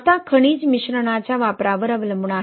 आता खनिज मिश्रणाच्या वापरावर अवलंबून आहे